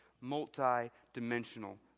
multi-dimensional